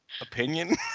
opinion